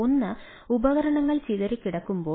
ഒന്ന് ഉപകരണങ്ങൾ ചിതറിക്കിടക്കുമ്പോൾ